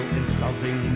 insulting